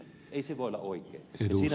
ei se voi olla oikein